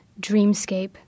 Dreamscape